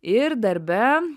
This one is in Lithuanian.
ir darbe